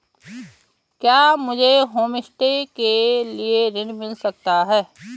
क्या मुझे होमस्टे के लिए ऋण मिल सकता है?